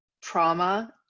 trauma